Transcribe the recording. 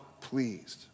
pleased